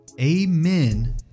amen